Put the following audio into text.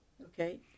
Okay